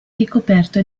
ricoperto